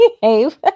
behave